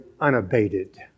unabated